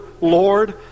Lord